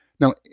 Now